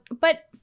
But-